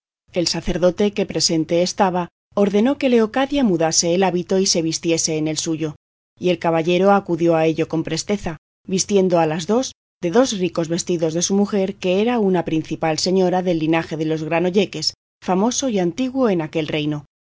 el sacerdote que presente estaba ordenó que leocadia mudase el hábito y se vistiese en el suyo y el caballero acudió a ello con presteza vistiendo a las dos de dos ricos vestidos de su mujer que era una principal señora del linaje de los granolleques famoso y antiguo en aquel reino